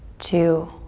two,